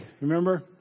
Remember